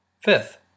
Fifth